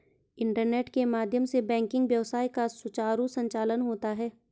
internet के माध्यम से बैंकिंग व्यवस्था का सुचारु संचालन होता है